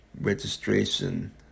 registration